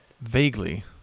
vaguely